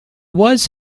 was